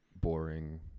boring